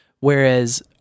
Whereas